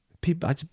people